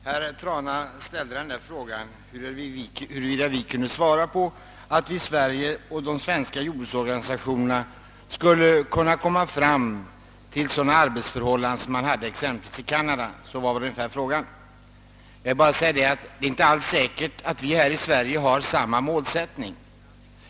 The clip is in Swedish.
Herr talman! Herr Trana frågade om vi kunde säga hur de svenska jordbruksorganisationerna skulle kunna åstadkomma sådana arbetsförhållanden som man har exempelvis i Kanada. Jag vill svara att jag inte alls är säker på att vi har samma målsättning.